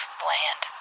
bland